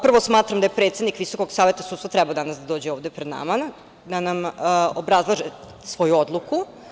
Prvo, smatram da je predsednik Visokog saveta sudstva trebao danas da dođe ovde pred nama, da nam obrazlaže svoju odluku.